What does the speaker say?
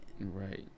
right